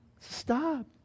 Stop